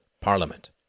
parliament